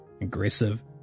aggressive